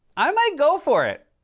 i might go for it!